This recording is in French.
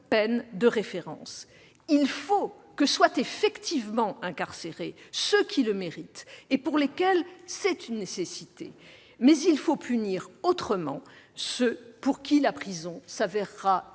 peine de référence. Il faut que soient effectivement incarcérés ceux qui le méritent et pour lesquels c'est une nécessité, mais il faut punir autrement ceux pour qui la prison s'avérera